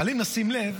אבל אם נשים לב,